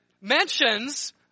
mentions